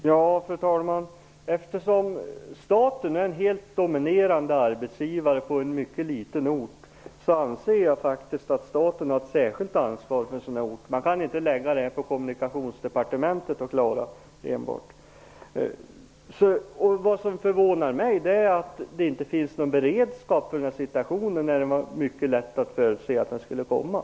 Fru talman! Eftersom staten är den helt dominerande arbetsgivaren på en mycket liten ort, anser jag att staten har ett särskilt ansvar. Man kan inte lägga ansvaret enbart på Vad som förvånar mig är att det inte finns någon beredskap för denna situation, när det var mycket lätt att förutse att den skulle uppstå.